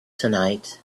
tonight